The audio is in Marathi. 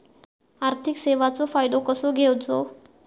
आर्थिक सेवाचो फायदो कसो घेवचो?